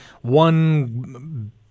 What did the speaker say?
one